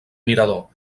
mirador